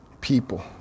people